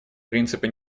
принципа